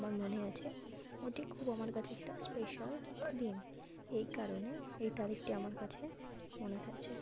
আমার মনে আছে ওটি খুব আমার কাছে একটা স্পেশাল দিন এই কারণে এই তারিখটি আমার কাছে মনে আছে